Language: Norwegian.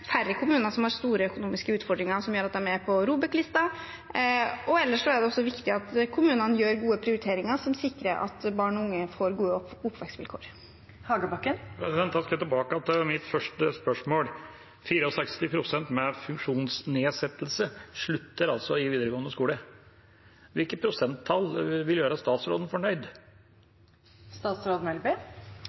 færre kommuner som har store økonomiske utfordringer som gjør at de er på ROBEK-listen. Ellers er det også viktig at kommunene gjør gode prioriteringer som sikrer at barn og unge får gode oppvekstvilkår. Da skal jeg tilbake til mitt første spørsmål: 64 pst. av dem med funksjonsnedsettelse slutter altså i videregående skole. Hvilket prosenttall vil gjøre statsråden